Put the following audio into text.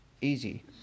easy